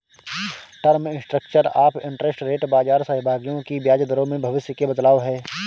term structure of interest rate बाजार सहभागियों की ब्याज दरों में भविष्य के बदलाव है